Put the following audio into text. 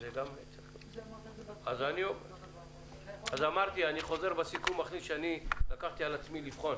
אני מכניס לסיכום שאני לקחתי על עצמי לבחון